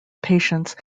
patients